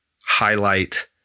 highlight